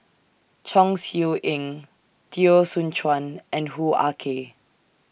Chong Siew Ying Teo Soon Chuan and Hoo Ah Kay